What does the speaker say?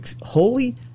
Holy